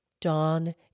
Dawn